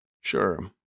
Sure